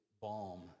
balm